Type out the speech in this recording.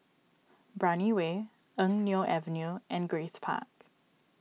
Brani Way Eng Neo Avenue and Grace Park